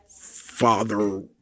father